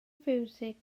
fiwsig